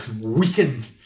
Weakened